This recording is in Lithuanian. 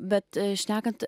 bet šnekant